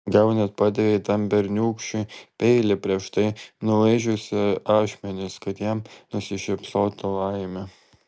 gal net padavei tam berniūkščiui peilį prieš tai nulaižiusi ašmenis kad jam nusišypsotų laimė